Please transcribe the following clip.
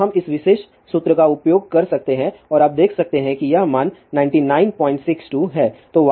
तो हम इस विशेष सूत्र का उपयोग कर सकते हैं और आप देख सकते हैं कि यह मान 9962 है